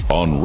on